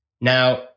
Now